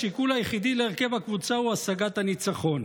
השיקול היחידי להרכב הקבוצה הוא השגת הניצחון,